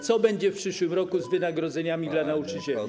Co będzie w przyszłym roku z wynagrodzeniami dla nauczycieli?